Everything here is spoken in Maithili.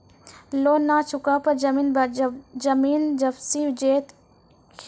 लोन न चुका पर जमीन जब्ती हो जैत की?